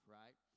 right